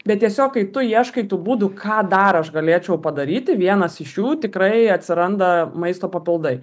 bet tiesiog kai tu ieškai tų būdų ką dar aš galėčiau padaryti vienas iš jų tikrai atsiranda maisto papildai